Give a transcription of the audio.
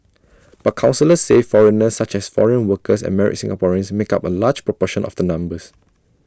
but counsellors say foreigners such as foreign workers and married Singaporeans make up A large proportion of the numbers